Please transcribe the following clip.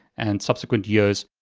and subsequent years.